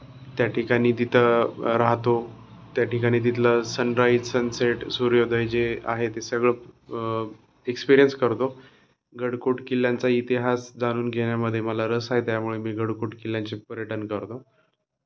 त्या ठिकाणी तिथं राहतो त्या ठिकाणी तिथलं सनराइज सनसेट सूर्योदय जे आहे ते सगळं एक्सपिरियन्स करतो गडकोट किल्ल्यांचा इतिहास जाणून घेण्यामध्ये मला रस आहे त्यामुळे मी गडकोट किल्ल्यांचे पर्यटन करतो